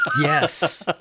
yes